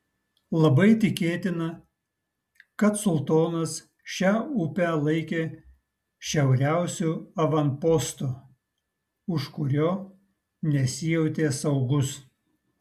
labai tikėtina kad sultonas šią upę laikė šiauriausiu avanpostu už kurio nesijautė saugus